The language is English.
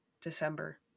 December